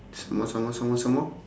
some more some more some more some more